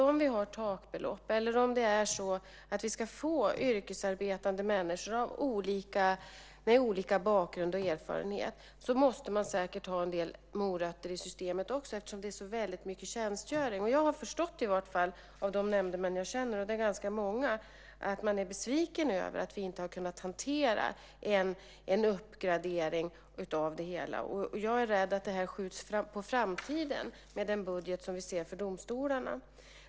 Om vi har takbelopp och om det är så att vi ska få yrkesarbetande människor med olika bakgrund måste man säkert också ha en del morötter i systemet, eftersom det är så väldigt mycket tjänstgöring. Jag har förstått av de nämndemän jag känner, och det är ganska många, att man är besviken över att vi inte har kunnat hantera en uppgradering av det hela. Jag är rädd att det skjuts på framtiden med den budget vi ser för domstolarna.